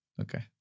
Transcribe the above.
Okay